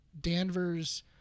Danvers